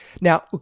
Now